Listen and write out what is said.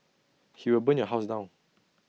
he will burn your house down